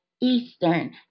Eastern